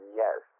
yes